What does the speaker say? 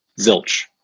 zilch